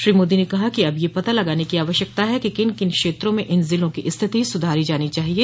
श्री मोदी ने कहा कि अब यह पता लगाने की आवश्यकता है कि किन किन क्षेत्रों में इन जिलों की स्थिति सुधारी जानी चाहिए